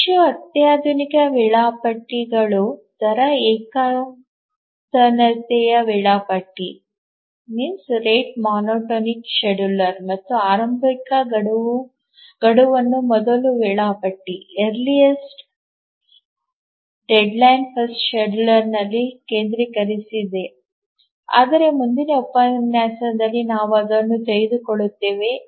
ಹೆಚ್ಚು ಅತ್ಯಾಧುನಿಕ ವೇಳಾಪಟ್ಟಿಗಳು ದರ ಏಕತಾನತೆಯ ವೇಳಾಪಟ್ಟಿ ಮತ್ತು ಆರಂಭಿಕ ಗಡುವನ್ನು ಮೊದಲ ವೇಳಾಪಟ್ಟಿಯಲ್ಲಿ ಕೇಂದ್ರೀಕರಿಸಿದೆ ಆದರೆ ಮುಂದಿನ ಉಪನ್ಯಾಸದಲ್ಲಿ ನಾವು ಅದನ್ನು ತೆಗೆದುಕೊಳ್ಳುತ್ತೇವೆ